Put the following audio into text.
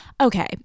okay